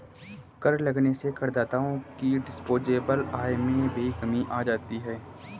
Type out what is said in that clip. कर लगने से करदाताओं की डिस्पोजेबल आय में भी कमी आ जाती है